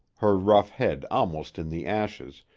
her rough head almost in the ashes,